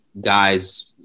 guys